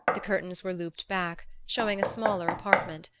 the curtains were looped back, showing a smaller apartment,